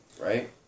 right